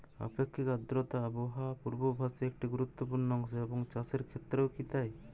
আপেক্ষিক আর্দ্রতা আবহাওয়া পূর্বভাসে একটি গুরুত্বপূর্ণ অংশ এবং চাষের ক্ষেত্রেও কি তাই?